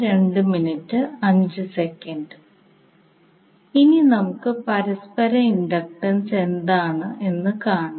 ഇനി നമുക്ക് പരസ്പര ഇൻഡക്റ്റൻസ് എന്താണ് എന്ന് കാണാം